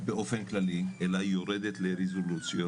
באופן כללי, אלא היא יורדת לרזולוציות.